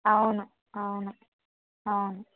అవును అవును అవును